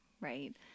right